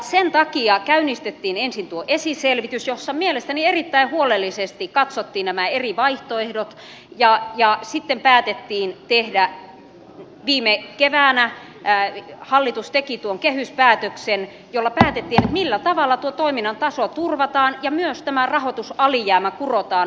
sen takia käynnistettiin ensin tuo esiselvitys jossa mielestäni erittäin huolellisesti katsottiin nämä eri vaihtoehdot ja sitten viime keväänä hallitus teki tuon kehyspäätöksen jolla päätettiin millä tavalla tuo toiminnan taso turvataan ja myös tämä rahoitusalijäämä kurotaan umpeen